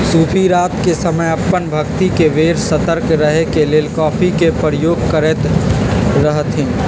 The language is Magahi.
सूफी रात के समय अप्पन भक्ति के बेर सतर्क रहे के लेल कॉफ़ी के प्रयोग करैत रहथिन्ह